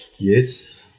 yes